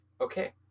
Okay